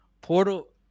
Portal